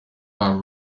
while